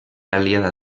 aliada